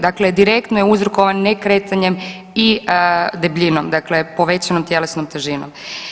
Dakle, direktno je uzrokovan nekretanjem i debljinom dakle povećanom tjelesnom težinom.